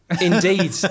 Indeed